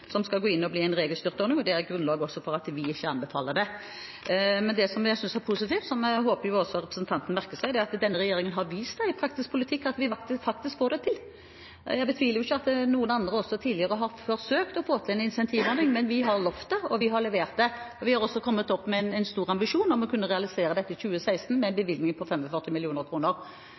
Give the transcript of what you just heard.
Det er også grunnlaget for at vi ikke anbefaler det. Men det som jeg synes er positivt, som jeg håper også at representanten merker seg, er at denne regjeringen har vist i praktisk politikk at vi faktisk får det til. Jeg betviler ikke at noen andre også tidligere har forsøkt å få til en incentivordning. Men vi har lovet det, og vi har levert det, og vi har da en stor ambisjon om å kunne realisere dette i 2016, med en